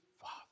Father